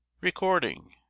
Recording